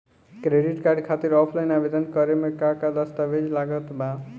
Credit card खातिर offline आवेदन करे म का का दस्तवेज लागत बा?